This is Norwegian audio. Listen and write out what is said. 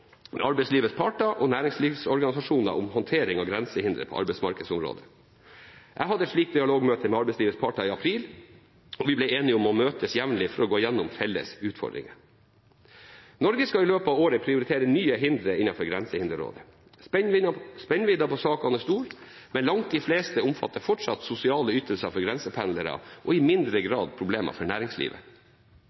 arbeidslivets parter og næringslivsorganisasjoner om håndtering av grensehindre på arbeidsmarkedsområdet. Jeg hadde et slikt dialogmøte med arbeidslivets parter i april, og vi ble enige om å møtes jevnlig for å gå gjennom felles utfordringer. Norge skal i løpet av året prioritere nye hindre innenfor Grensehinderrådet. Spennvidden i sakene er stor, men langt de fleste omfatter fortsatt sosiale ytelser for grensependlere og i mindre grad problemer for næringslivet.